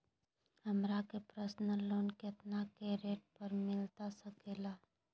हमरा के personal loan कितना के रेट पर मिलता सके ला?